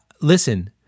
listen